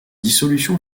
dissolution